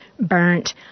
burnt